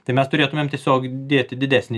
tai mes turėtumėm tiesiog dėti didesnį